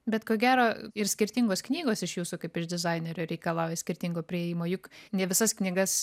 bet ko gero ir skirtingos knygos iš jūsų kaip iš dizainerio reikalauja skirtingo priėjimo juk ne visas knygas